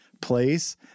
place